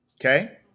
Okay